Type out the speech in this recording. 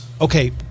Okay